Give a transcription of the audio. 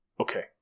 okay